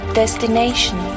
destination